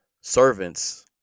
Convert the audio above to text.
servants